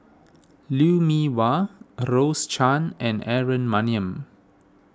Lou Mee Wah Rose Chan and Aaron Maniam